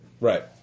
Right